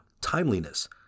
timeliness